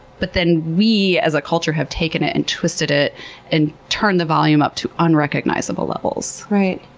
but then we as a culture have taken it and twisted it and turned the volume up to unrecognizable levels. right.